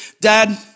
Dad